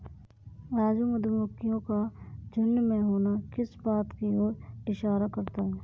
राजू मधुमक्खियों का झुंड में होना किस बात की ओर इशारा करता है?